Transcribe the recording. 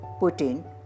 Putin